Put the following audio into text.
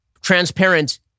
transparent